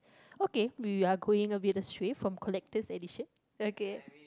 okay we are going a bit astray from collector's edition okay